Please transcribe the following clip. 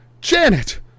Janet